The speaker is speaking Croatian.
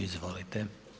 Izvolite.